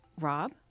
Rob